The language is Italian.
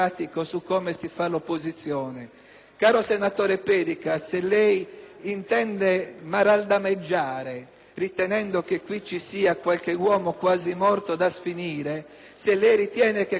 Caro senatore Pedica, se lei intende maramaldeggiare, ritenendo che qui ci sia qualche uomo quasi morto da sfinire, se lei ritiene che il nostro sia un partito in agonia